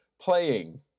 playing